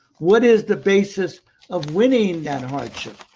what is the basis of winning that?